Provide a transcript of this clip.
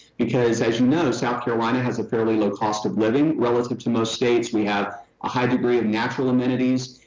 because as you know, south carolina has a fairly low cost of living. relative to the states, we have a high degree of natural amenities.